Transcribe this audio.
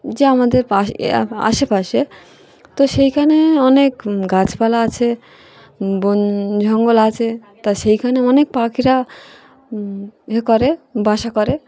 যে আমাদের পাশে আশেপাশে তো সেইখানে অনেক গাছপালা আছে বন জঙ্গল আছে তা সেইখানে অনেক পাখিরা ইয়ে করে বাসা করে